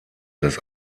das